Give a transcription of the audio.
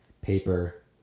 paper